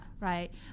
right